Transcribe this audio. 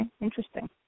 Interesting